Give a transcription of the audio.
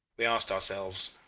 we asked ourselves,